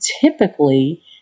typically